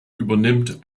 übernimmt